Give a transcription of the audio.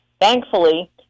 Thankfully